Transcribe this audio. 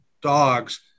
dogs